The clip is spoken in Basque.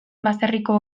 baserriko